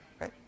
Right